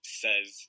says